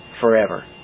forever